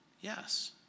Yes